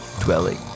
dwelling